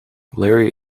larry